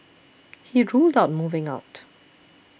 he ruled out moving out